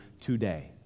today